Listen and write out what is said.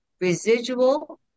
residual